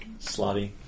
Slotty